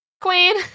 Queen